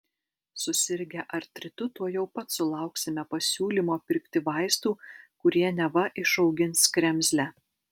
susirgę artritu tuojau pat sulauksime pasiūlymo pirkti vaistų kurie neva išaugins kremzlę